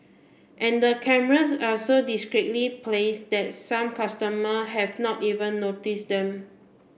and the cameras are so discreetly placed that some customer have not even notice them